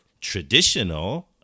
traditional